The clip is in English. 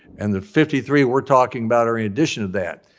and the fifty three we're talking about are in addition to that,